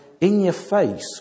in-your-face